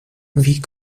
wie